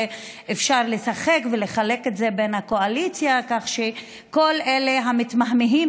ואפשר לשחק ולחלק את זה בין הקואליציה כך שכל אלה שמתמהמהים